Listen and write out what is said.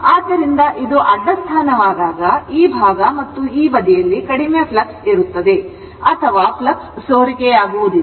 ಆದ್ದರಿಂದ ಇದು ಅಡ್ಡ ಸ್ಥಾನವಾದಾಗ ಈ ಭಾಗ ಮತ್ತು ಈ ಬದಿಯಲ್ಲಿ ಕಡಿಮೆ flux ಇರುತ್ತದೆ ಅಥವಾ ಫ್ಲಕ್ಸ್ ಸೋರಿಕೆಯಾಗುವುದಿಲ್ಲ